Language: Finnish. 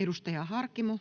Edustaja Harkimo.